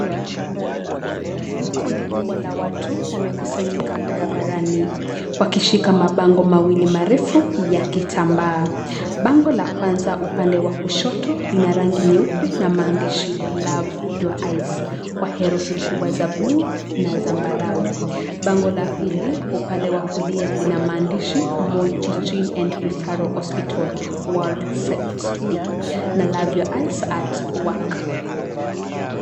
Kundi kubwa la watu wamekusanyika barabarani wakishika mabango mawili marefu ya kitambaa. Bango la kwanza upande wa kushoto, lina rangi nyeupe na maandishi Love Your Eyes kwa herufi kubwa za bluu na zambarau. Bango la pili upande wa kulia lina maandishi Moi Teaching and Referral Hospital World Sight D na Love Your Eyes At Work .